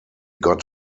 got